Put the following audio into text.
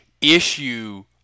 issue